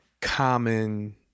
common